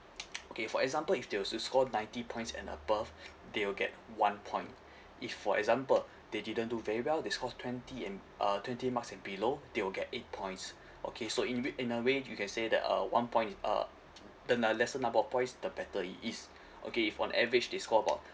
okay for example if they were to score ninety points and above they'll get one point if for example they didn't do very well they score twenty and uh twenty marks and below they will get eight points okay so in w~ in a way you can say that uh one point uh the n~ uh lesser number of points the better it is okay if on average they score about